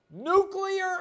Nuclear